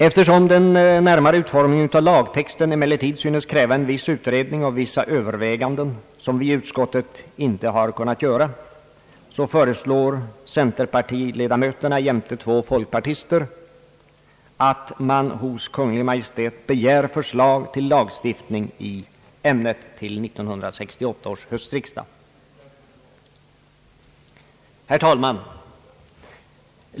Eftersom den närmare utformningen av lagtexten emellertid synes kräva en viss utredning och vissa överväganden — som vi i utskottet inte har kunnat göra — föreslår centerpartiledamöterna jämte två folkpartister att man hos Kungl. Maj:t begär förslag till lagstiftning i ämnet till 1968 års höstriksdag. Herr talman!